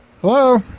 Hello